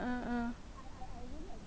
uh uh